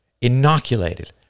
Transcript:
inoculated